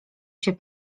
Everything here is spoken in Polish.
się